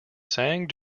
sang